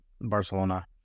Barcelona